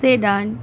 sedan